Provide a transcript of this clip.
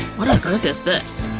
what on earth is this?